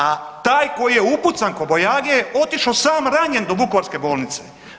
A taj koji je upucan kobajage otišo sam ranjen do Vukovarske bolnice.